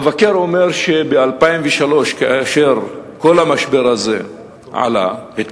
המבקר אומר שב-2003, כאשר כל המשבר הזה התפרץ,